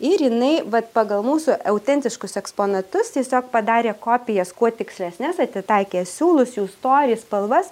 ir jinai vat pagal mūsų autentiškus eksponatus tiesiog padarė kopijas kuo tikslesnes atitaikė siūlus jų storį spalvas